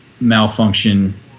malfunction